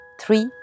Three